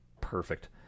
perfect